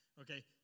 Okay